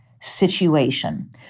situation